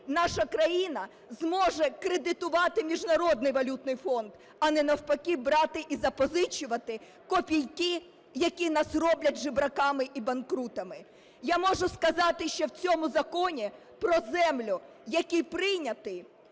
наша країна зможе кредитувати Міжнародний валютний фонд, а не навпаки, брати і запозичувати копійки, які нас роблять жебраками і банкрутами. Я можу сказати, що в цьому Законі про землю, який прийнятий,